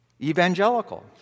Evangelical